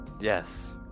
Yes